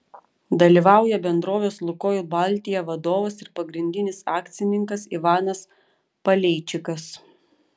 dalyvauja bendrovės lukoil baltija vadovas ir pagrindinis akcininkas ivanas paleičikas